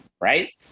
Right